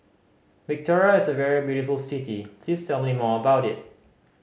Victoria is a very beautiful city please tell me more about it